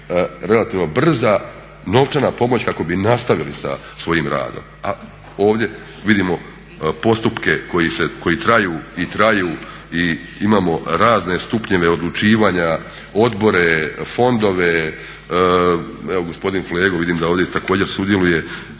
relativno brza novčana pomoć kako bi nastavili sa svojim radom, a ovdje vidimo postupke koji traju i traju i imamo razne stupnjeve odlučivanja, odbore, fondove. Evo gospodin Flego vidim da ovdje također sudjeluje,